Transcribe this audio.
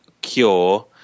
cure